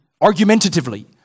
argumentatively